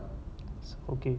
it's okay